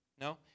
No